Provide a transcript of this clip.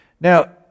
Now